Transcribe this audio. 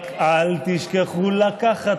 / רק אל תשכחו לקחת,